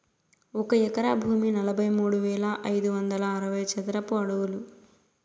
ఒక ఎకరా భూమి నలభై మూడు వేల ఐదు వందల అరవై చదరపు అడుగులు